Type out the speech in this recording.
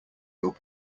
your